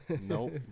Nope